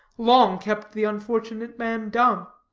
long kept the unfortunate man dumb.